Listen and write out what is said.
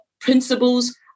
principles